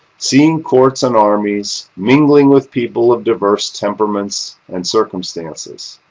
seeing courts and armies, mingling with people of diverse temperaments and circumstances,